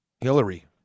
Hillary